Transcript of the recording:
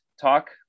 talk